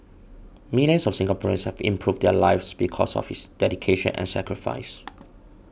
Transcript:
millions of Singaporeans have improved their lives because of his dedication and sacrifice